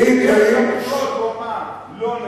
וערב הבחירות הוא